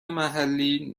محلی